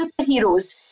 superheroes